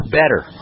better